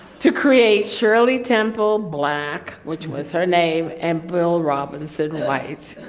to create shirley temple black, which was her name and will robinson white.